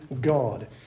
God